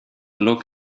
look